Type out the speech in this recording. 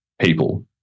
people